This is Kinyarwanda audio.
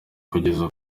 kugerageza